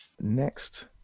Next